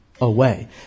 away